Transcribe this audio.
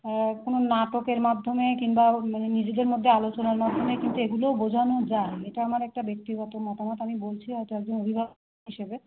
কোনও নাটকের মাধ্যমে কিংবা মানে নিজেদের মধ্যে আলোচনার মধ্যমে কিন্তু এগুলোও বোঝানো যায় এটা আমার একটা ব্যক্তিগত মতামত আমি বলছি হয়তো একজন অভিভাবক হিসেবে